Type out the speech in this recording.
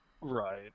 right